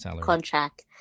contract